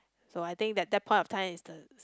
so I think that that point of time is the